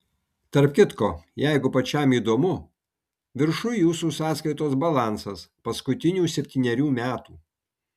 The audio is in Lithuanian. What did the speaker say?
tarp kitko jeigu pačiam įdomu viršuj jūsų sąskaitos balansas paskutinių septynerių metų